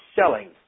selling